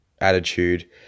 attitude